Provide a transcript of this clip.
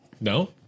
no